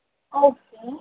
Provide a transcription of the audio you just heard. okay